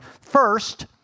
First